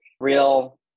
real